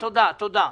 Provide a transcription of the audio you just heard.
תודה.